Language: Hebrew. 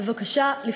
ואני מבקשת,